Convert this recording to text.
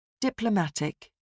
Diplomatic